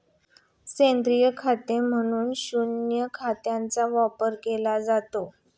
सेंद्रिय खत म्हणून शेणखताचा वापर केला जातो